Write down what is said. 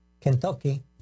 Kentucky